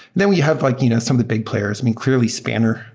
then we have like you know some of the big players i mean, clearly, spanner,